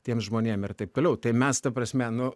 tiems žmonėm ir taip toliau tai mes ta prasme nu